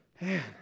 man